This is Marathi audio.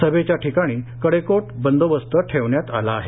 सभेच्या ठिकाणी कडेकडोट बंदोबस्त ठेवण्यात आला आहे